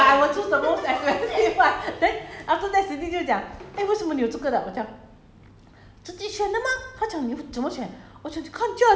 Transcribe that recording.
then 我们就会 s~ 选 then 我就我就我会跟我就会看 menu ya I will choose the most expensive one then after that cindy 就会讲 eh 为什么你有这个的我讲